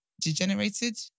degenerated